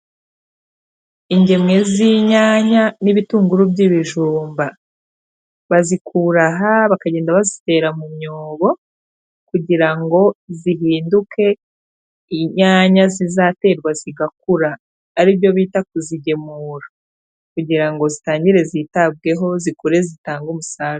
Ingemwe z'inyanya n'ibitunguru by'ibijumba, bazikura aha bakagenda bazitera mu myobo kugira ngo zihinduke inyanya zizaterwa zigakura, ari byo bita kuzigemura kugira ngo zitangire zitabweho zikure zitangage umusaruro.